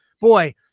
boy